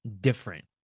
different